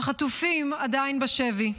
החטופים עדיין בשבי.